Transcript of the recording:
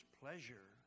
pleasure